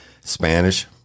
Spanish